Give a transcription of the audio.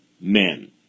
men